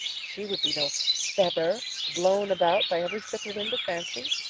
she would be no feather, blown about by every fickle wind of fancy.